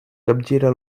capgira